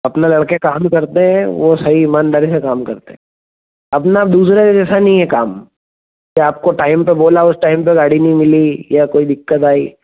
अपने लड़के काम करते हैं वे सही ईमानदारी से काम करते हैं अपना दूसरे जैसा नहीं है काम जो आपको टाइम पर बोला उस टाइम तक गाड़ी नहीं मिली या कोई दिक्कत आई